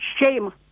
shame